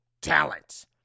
talent